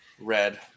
red